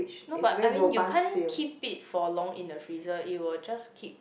no but I mean you can't keep it for long in the freezer it will just keep